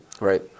Right